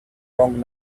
wrong